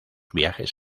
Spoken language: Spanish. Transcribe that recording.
viajes